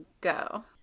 go